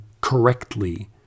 correctly